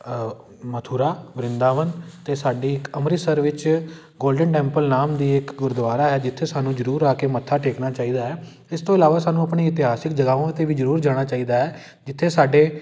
ਮਥੁਰਾ ਵਰਿੰਦਾਵਨ ਅਤੇ ਸਾਡੇ ਇੱਕ ਅੰਮ੍ਰਿਤਸਰ ਵਿੱਚ ਗੋਲਡਨ ਟੈਂਪਲ ਨਾਮ ਦੀ ਇੱਕ ਗੁਰਦੁਆਰਾ ਹੈ ਜਿੱਥੇ ਸਾਨੂੰ ਜ਼ਰੂਰ ਆ ਕੇ ਮੱਥਾ ਟੇਕਣਾ ਚਾਹੀਦਾ ਹੈ ਇਸ ਤੋਂ ਇਲਾਵਾ ਸਾਨੂੰ ਆਪਣੀ ਇਤਿਹਾਸਿਕ ਜਗ੍ਹਾਵਾਂ 'ਤੇ ਵੀ ਜ਼ਰੂਰ ਜਾਣਾ ਚਾਹੀਦਾ ਹੈ ਜਿੱਥੇ ਸਾਡੇ